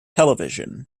television